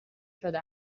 شده